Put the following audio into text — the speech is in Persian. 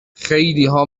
خیلیها